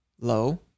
low